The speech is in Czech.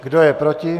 Kdo je proti?